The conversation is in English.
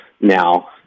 now